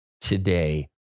today